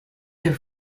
their